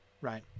right